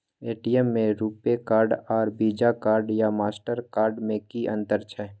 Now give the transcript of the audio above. ATM में RuPay card आर Visa card या मास्टर कार्ड में कि अतंर छै?